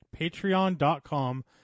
patreon.com